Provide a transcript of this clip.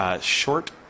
short